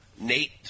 Nate